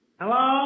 hello